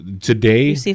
today